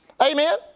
Amen